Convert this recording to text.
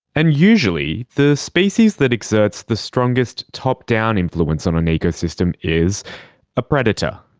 and usually the species that exerts the strongest top-down influence on an ecosystem is a predator.